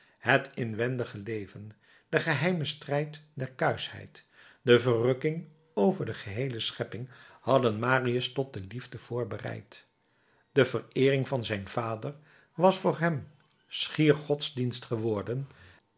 het inwendige leven de geheime strijd der kuischheid de verrukking over de geheele schepping hadden marius tot de liefde voorbereid de vereering van zijn vader was voor hem schier godsdienst geworden